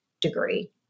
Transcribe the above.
degree